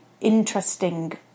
interesting